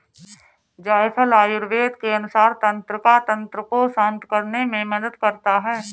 जायफल आयुर्वेद के अनुसार तंत्रिका तंत्र को शांत करने में मदद करता है